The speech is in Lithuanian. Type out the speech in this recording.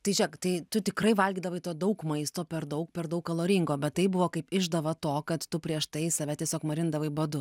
tai žiek tai tu tikrai valgydavai to daug maisto per daug per daug kaloringo bet tai buvo kaip išdava to kad tu prieš tai save tiesiog marindavai badu